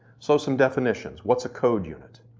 so some definitions. what's a code unit?